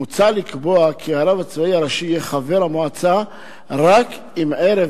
מוצע לקבוע כי הרב הצבאי הראשי יהיה חבר המועצה רק אם ערב